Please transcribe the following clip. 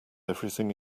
everything